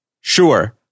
Sure